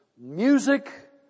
music